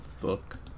book